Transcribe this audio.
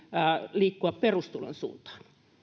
liikkua perustulon suuntaan